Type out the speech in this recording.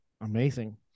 Amazing